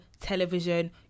television